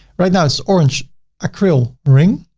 right now, it's orange acrylic ring.